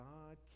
God